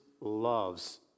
loves